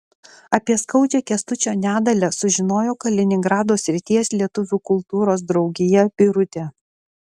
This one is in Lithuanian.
apie skaudžią kęstučio nedalią sužinojo kaliningrado srities lietuvių kultūros draugija birutė